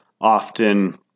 often